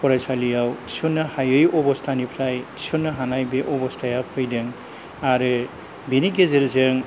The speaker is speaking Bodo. फरायसालियाव थिसन्नो हायै अबस्थानिफ्राय थिसन्नो हानाय बे अबस्थाया फैदों आरो बेनि गेजेरजों